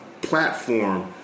platform